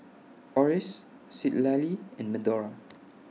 Oris Citlali and Medora